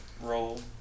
roll